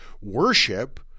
worship